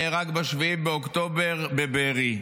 נהרג ב-7 באוקטובר בבארי,